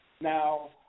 Now